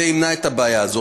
זה ימנע את הבעיה הזאת.